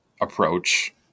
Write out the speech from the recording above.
approach